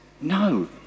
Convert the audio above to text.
No